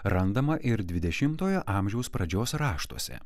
randama ir dvidešimtojo amžiaus pradžios raštuose